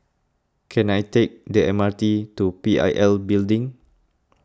can I take the M R T to P I L Building